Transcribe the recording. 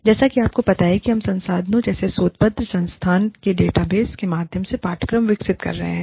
और जैसा कि आपको पता है कि हम संसाधनों जैसे शोध पत्र संस्थान के डेटाबेस के माध्यम से पाठ्यक्रम विकसित कर रहे हैं